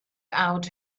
out